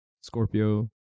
Scorpio